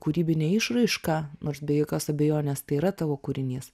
kūrybinę išraišką nors be jokios abejonės tai yra tavo kūrinys